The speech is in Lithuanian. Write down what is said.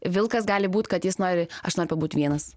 vilkas gali būt kad jis nori aš noriu pabūt vienas